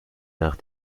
nach